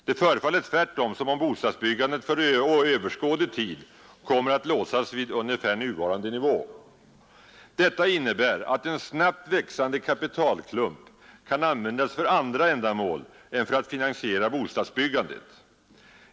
Det förefaller tvärtom som om bostadsbyggandet för överskådlig tid kommer att låsas ungefär vid nuvarande nivå. Detta innebär att en snabbt växande kapitalklump kan användas för andra ändamål än för att finansiera bostadsbyggandet.